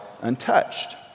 untouched